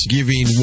Giving